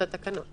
בעקבות התקנות.